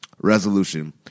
resolution